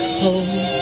home